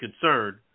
concerned